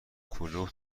کلوپ